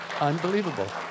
unbelievable